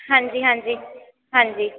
ਹਾਂਜੀ ਹਾਂਜੀ ਹਾਂਜੀ